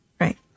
right